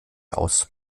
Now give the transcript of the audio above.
aus